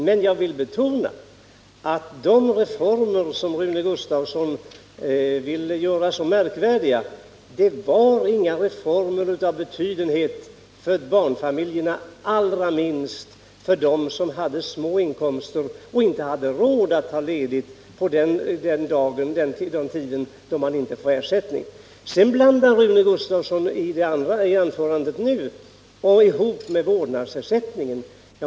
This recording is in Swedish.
Men jag vill betona att de reformer som Rune Gustavsson vill göra så märkvärdiga inte var några reformer av betydenhet för barnfamiljerna, allra minst för dem som hade låga inkomster och inte hade råd att ta ledigt under den tid de inte fick någon ersättning. I sitt senaste anförande blandade Rune Gustavsson ihop detta med vårdnadsersättningen.